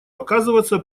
оказываться